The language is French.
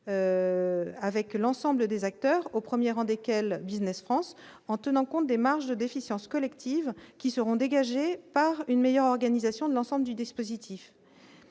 avec l'ensemble des acteurs au 1er rang desquels Business France en tenant compte des marges d'efficience collective qui seront dégagés par une meilleure organisation de l'ensemble du dispositif,